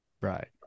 right